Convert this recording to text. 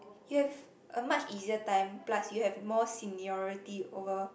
you have a much easier time plus you have more seniority over